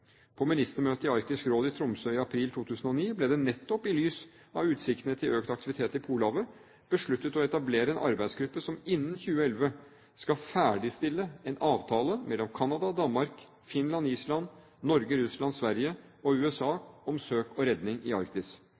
På ministermøtet i Arktisk Råd i Tromsø i april 2009 ble det – nettopp i lys av utsiktene til økt aktivitet i Polhavet – besluttet å etablere en arbeidsgruppe som innen 2011 skal ferdigstille en avtale mellom Canada, Danmark, Finland, Island, Norge, Russland, Sverige og USA om søk og redning i Arktis.